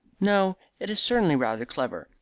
no. it is certainly rather clever.